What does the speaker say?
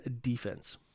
defense